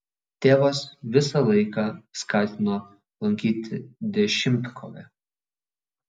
tėvas visą laiką skatino lankyti dešimtkovę